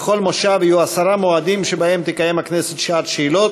בכל מושב יהיו עשרה מועדים שבהם תקיים הכנסת שעת שאלות,